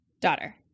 Daughter